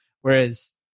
Whereas